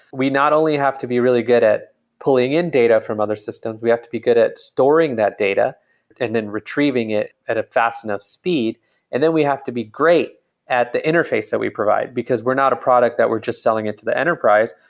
we not only have to be really good at pulling in data from other systems. we have to be good at storing that data and then retrieving it at a fast enough speed and then we have to be great at the interface that we provide, because we're not a product that we're just selling it to the enterprise.